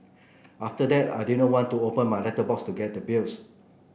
after that I didn't want to open my letterbox to get the bills